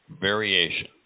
variation